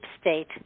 state